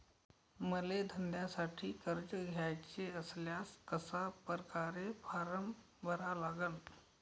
मले धंद्यासाठी कर्ज घ्याचे असल्यास कशा परकारे फारम भरा लागन?